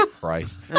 Christ